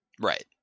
Right